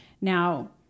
Now